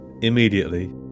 immediately